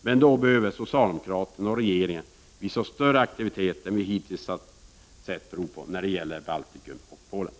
Men då är det nödvändigt att socialdemokraterna och regeringen visar oss en större aktivitet än den vi hittills har sett prov på när det gäller Baltikum och Polen.